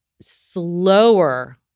slower